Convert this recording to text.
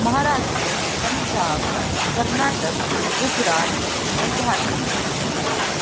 महाराष्ट्र पंजाब कर्नाटक गुजरात ऐं झारखंड